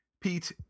Pete